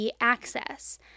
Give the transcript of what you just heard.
access